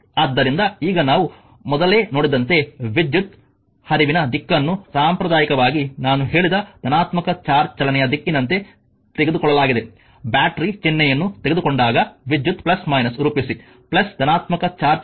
ಆದ್ದರಿಂದ ಈಗ ನಾವು ಮೊದಲೇ ನೋಡಿದಂತೆ ವಿದ್ಯುತ್ ಹರಿವಿನ ದಿಕ್ಕನ್ನು ಸಾಂಪ್ರದಾಯಿಕವಾಗಿ ನಾನು ಹೇಳಿದ ಧನಾತ್ಮಕ ಚಾರ್ಜ್ ಚಲನೆಯ ದಿಕ್ಕಿನಂತೆ ತೆಗೆದುಕೊಳ್ಳಲಾಗಿದೆ ಬ್ಯಾಟರಿ ಚಿಹ್ನೆಯನ್ನು ತೆಗೆದುಕೊಂಡಾಗ ವಿದ್ಯುತ್ ರೂಪಿಸಿ ಧನಾತ್ಮಕ ಚಾರ್ಜ್ ಹರಿಯುತ್ತಿದೆ